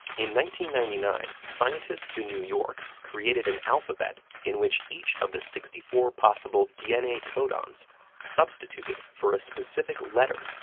ninety ninety nine, scientists in new york created an alphabet in which each of the sixty four possible dna codons substituted for a specific letter,